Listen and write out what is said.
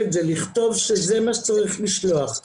הם קיבלו הנחיה מהרשות הפלשתינית.